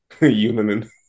Union